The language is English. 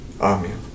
Amen